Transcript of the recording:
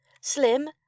Slim